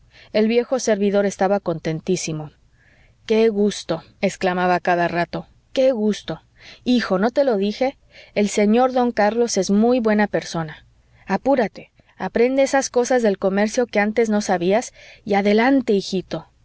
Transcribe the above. el viejo servidor estaba contentísimo qué gusto exclamaba a cada rato qué gusto hijo no te lo dije el señor don carlos es muy buena persona apúrate aprende esas cosas del comercio que antes no sabías y adelante hijito